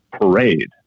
parade